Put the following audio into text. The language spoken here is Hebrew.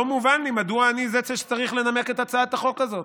לא מובן לי מדוע אני זה שצריך לנמק את הצעת החוק הזאת.